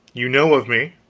you know of me?